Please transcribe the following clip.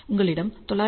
உங்களிடம் 900